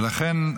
ולכן,